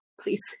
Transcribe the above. please